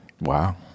Wow